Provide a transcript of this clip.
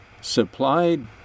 supplied